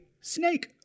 snake